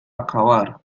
acabar